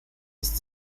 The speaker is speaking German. ist